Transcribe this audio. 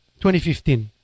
2015